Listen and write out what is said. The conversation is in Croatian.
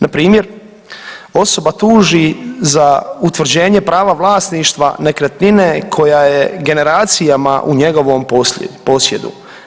Na primjer, osoba tuži za utvrđenje prava vlasništva nekretnine koja je generacijama u njegovom posjedu.